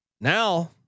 Now